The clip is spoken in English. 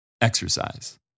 exercise